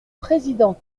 président